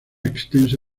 extensa